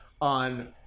on